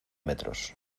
metros